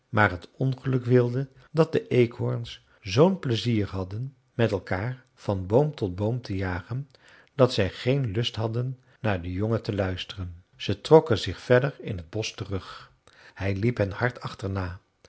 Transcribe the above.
maar het ongeluk wilde dat de eekhoorns z'n pleizier hadden met elkaar van boom tot boom te jagen dat zij geen lust hadden naar den jongen te luisteren ze trokken zich verder in t bosch terug hij liep hen hard achterna